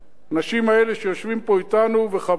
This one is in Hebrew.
האנשים האלה שיושבים פה אתנו וחבריהם